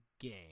game